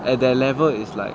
at that level is like